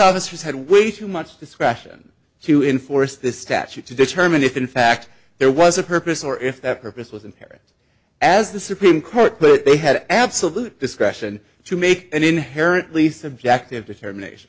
officers had way too much discretion to enforce this statute to determine if in fact there was a purpose or if that purpose was as the supreme court put they had absolute discretion to make an inherently subjective determination